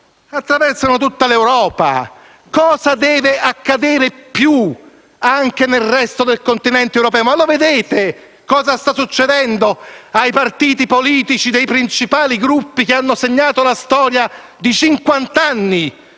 attraversano tutta l'Europa. Cosa deve più accadere anche nel resto del continente europeo? Vedete cosa sta succedendo ai partiti politici dei principali gruppi che hanno segnato la storia di